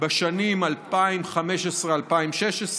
בשנים 2015 2016,